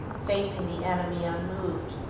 facing the enemy unmoved.